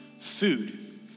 food